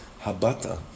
habata